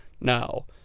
now